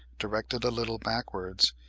directed a little backwards,